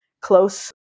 close